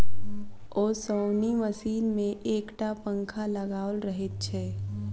ओसौनी मशीन मे एक टा पंखा लगाओल रहैत छै